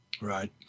Right